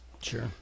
Sure